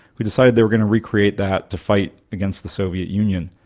who decided they were going to recreate that to fight against the soviet union.